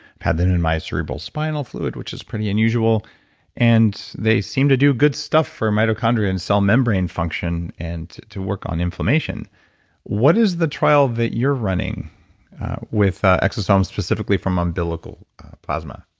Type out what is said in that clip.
had them in in cerebral spinal fluid which is pretty unusual and they seem to do good stuff for mitochondrion cell membrane function and to work on inflammation what is the trial that you're running with exosomes specifically from umbilical plasma?